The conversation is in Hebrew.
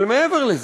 אבל מעבר לזה,